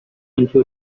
into